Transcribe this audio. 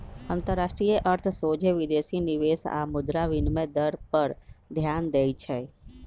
अंतरराष्ट्रीय अर्थ सोझे विदेशी निवेश आऽ मुद्रा विनिमय दर पर ध्यान देइ छै